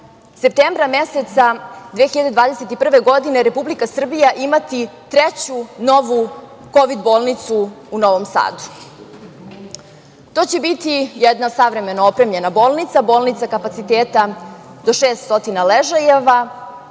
septembra meseca 2021. godine Republika Srbija imati treću novu kovid bolnicu u Novom Sadu. To će biti jedna savremeno opremljena bolnica, kapaciteta do 600 ležajeva,